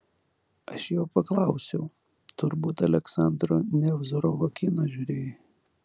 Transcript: aš jo paklausiau turbūt aleksandro nevzorovo kiną žiūrėjai